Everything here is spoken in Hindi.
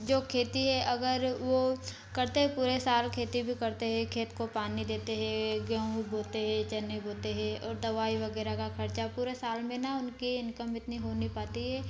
जो खेती हैं अगर वह करते हैं पूरे साल खेती करते हैं खेत को पानी देते हैं गेहूँ बोते हैं चने बोते हैं और दवाई वगैरह का खर्चा पूरा साल में न उनके इनकम इतनी हो नहीं पाती हैं